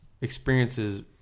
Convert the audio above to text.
experiences